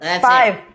five